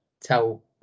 tell